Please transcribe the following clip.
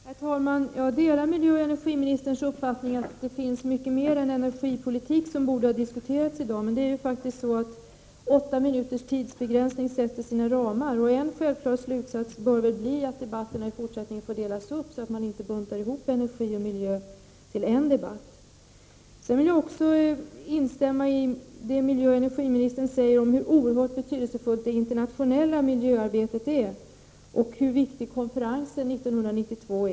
Herr talman! Jag delar miljöoch energiministerns uppfattning att mycket mer än energipolitiken har diskuterats i dag. Men 8 minuters tidsbegränsning sätter faktiskt sina ramar. En självklar slutsats bör vara att debatterna i fortsättningen delas upp så att man inte buntar ihop energi och miljö till en debatt. Jag instämmer i vad miljöoch energiministern säger om hur oerhört betydelsefullt det internationella miljöarbetet är och hur viktig miljökonferensen 1992 är.